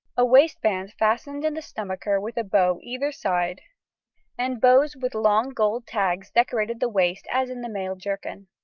a waistband fastened in the stomacher with a bow either side and bows with long gold tags decorated the waist as in the male jerkin.